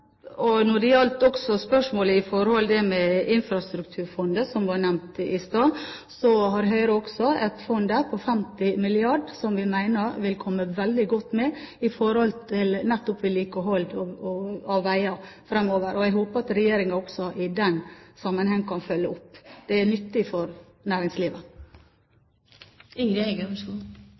skjemaveldet. Når det så gjelder spørsmålet om infrastrukturfondet, som ble nevnt i stad, har Høyre også et fond på 50 mrd. kr, som vi mener vil komme veldig godt med til nettopp vedlikehold av veier fremover. Jeg håper at regjeringen også i den sammenheng kan følge opp. Det er nyttig for